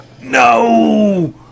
No